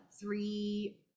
three